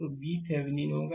तो यह VThevenin होगा